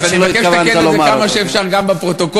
אז אני מבקש לתקן את זה כמה שאפשר גם בפרוטוקול.